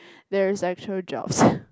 there is actual jobs